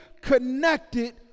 connected